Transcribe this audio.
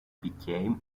became